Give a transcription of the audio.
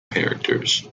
characters